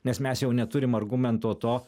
nes mes jau neturim argumento to